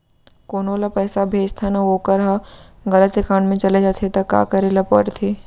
कोनो ला पइसा भेजथन अऊ वोकर ह गलत एकाउंट में चले जथे त का करे ला पड़थे?